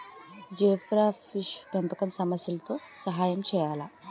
Zebrafish పెంపకం సమస్యలతో సహాయం చేయాలా?